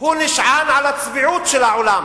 הוא נשען על הצביעות של העולם